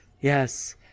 Yes